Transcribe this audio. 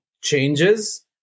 changes